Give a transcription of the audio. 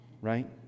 right